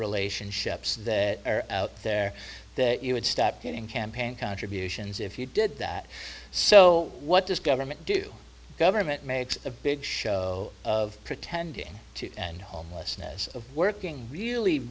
relationships that are out there that you would stop getting campaign contributions if you did that so what does government do government makes a big show of pretending to end homelessness of working really